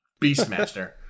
beastmaster